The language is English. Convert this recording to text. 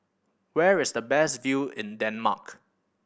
where is the best view in Denmark